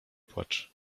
płacz